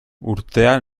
urtea